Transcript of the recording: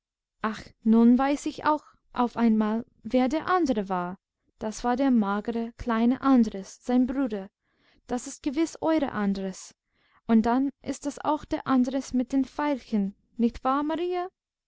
nun weiß ich auch auf einmal wer der andere war das war der magere kleine andres sein bruder das ist gewiß euer andres und dann ist das auch der andres mit den veilchen nicht wahr